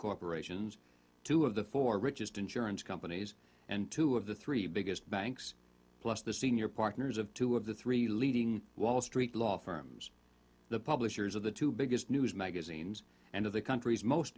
corporations two of the four richest insurance companies and two of the three biggest banks plus the senior partners of two of the three leading wall street law firms the publishers of the two biggest news magazines and of the country's most